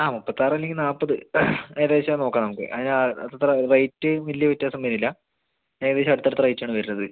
ആ മുപ്പത്താറല്ലെങ്കിൽ നാല്പത് ഏകദേശം നോക്കാം നമുക്ക് അതിന് ആ അത്ര റേറ്റ് വലിയ വ്യത്യാസം വരുന്നില്ല ഏകദേശം അടുത്തടുത്ത റേറ്റാണ് വരണത്